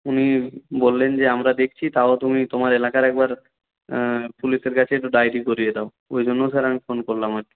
উনি বললেন যে আমরা দেখছি তাও তুমি তোমার এলাকার একবার পুলিশের কাছে একটু ডাইরি করিয়ে দাও ওই জন্য স্যার আমি ফোন করলাম